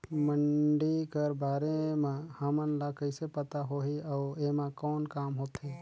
मंडी कर बारे म हमन ला कइसे पता होही अउ एमा कौन काम होथे?